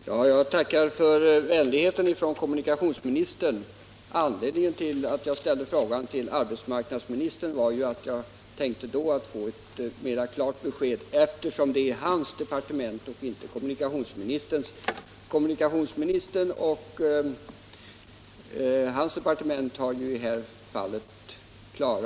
Herr talman! Jag tackar för den vänligheten från kommunikationsministern. Anledningen till att jag ställde min fråga till arbetsmarknadsministern var att jag tänkte att jag därigenom skulle kunna få ett mera konkret besked, eftersom pengarna kommer från hans departement och inte från kommunikationsministerns. För kommunikationsdepartementet är saken klar: